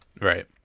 Right